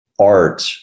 art